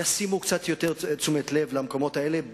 יקדישו קצת יותר תשומת לב למקומות האלה.